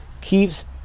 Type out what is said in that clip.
keeps